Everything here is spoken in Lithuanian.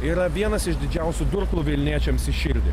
yra vienas iš didžiausių durklų vilniečiams į širdį